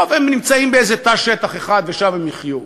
טוב, הם נמצאים באיזה תא שטח אחד, ושם הם יחיו.